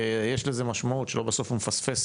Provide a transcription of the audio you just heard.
יש לזה משמעות שלא בסוף הוא מפספס